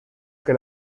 que